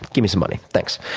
give me some money. thanks.